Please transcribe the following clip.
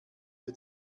für